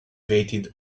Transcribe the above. waited